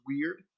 weird